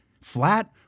flat